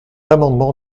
amendement